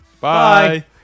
bye